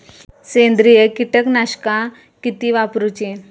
सेंद्रिय कीटकनाशका किती वापरूची?